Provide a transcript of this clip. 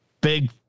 Big